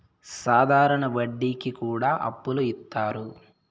సాధారణ వడ్డీ కి కూడా అప్పులు ఇత్తారు